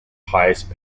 highest